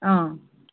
অ